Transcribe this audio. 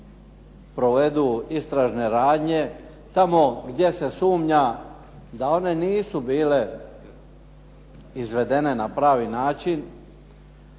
provedu istražne radnje tamo gdje se sumnja da one nisu bile izvedene na pravi način,